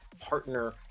partner